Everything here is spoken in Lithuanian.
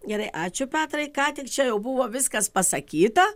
gerai ačiū petrai ką tik čia jau buvo viskas pasakyta